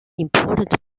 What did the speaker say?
important